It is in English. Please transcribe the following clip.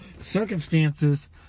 circumstances